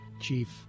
chief